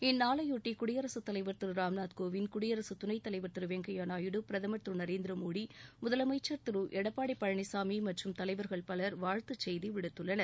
இந்நாளையொட்டிகுடியரசுத் தலைவர் திருராம்நாத்கோவிந்த் குடியரசுத் துணைத்தலைவர் திருவெங்கையாநாயுடு பிரதமர் திருநரேந்திரமோடி முதலமைச்சர் திருஎடப்பாடிபழனிசாமிமற்றும் தலைவர்கள் பலர் வாழ்த்துச் செய்திவிடுத்துள்ளனர்